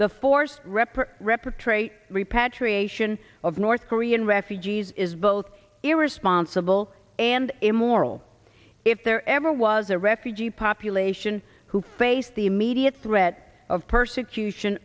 ration of north korean refugees is both irresponsible and immoral if there ever was a refugee population who faced the immediate threat of persecution